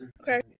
Okay